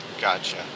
Gotcha